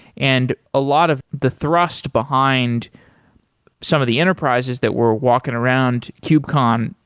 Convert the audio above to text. and a lot of the thrust behind some of the enterprises that we're walking around kubecon,